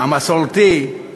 המסורתי,